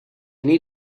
need